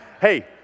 hey